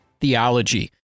theology